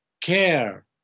care